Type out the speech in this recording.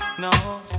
no